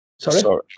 Sorry